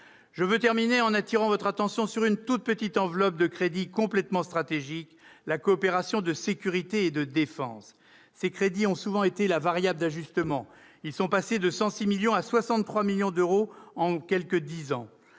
Je terminerai en appelant votre attention sur une toute petite enveloppe de crédits néanmoins complètement stratégique : la coopération de sécurité et de défense. Ces crédits ont souvent été la variable d'ajustement. Ils sont passés de 106 millions d'euros à 63 millions d'euros en une dizaine